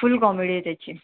फुल comedy आहे त्याची